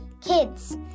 Kids